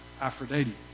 Aphrodite